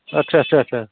आच्चा आच्चा आच्चा